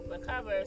Recover